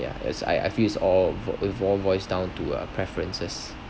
yeah as I feel it all boi~ boils down to uh preferences